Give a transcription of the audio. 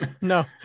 no